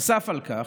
נוסף על כך,